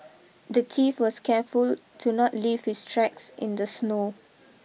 the thief was careful to not leave his tracks in the snow